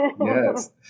Yes